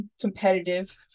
competitive